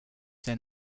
then